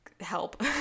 help